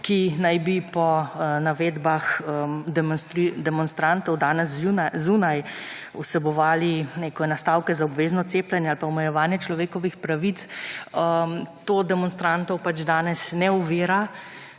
ki naj bi po navedbah demonstrantov danes zunaj vsebovali neke nastavke za obvezno cepljenje ali pa omejevanje človekovih pravic to demonstrantov pač danes ne ovira,